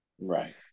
Right